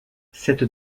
cette